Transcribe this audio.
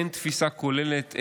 אין תפיסה כוללת,